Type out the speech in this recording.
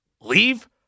leave